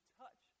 touch